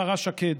השרה שקד,